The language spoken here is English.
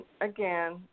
again